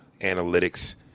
analytics